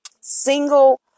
single